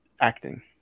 acting